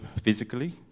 physically